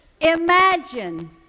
Imagine